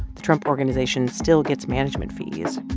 the trump organization still gets management fees.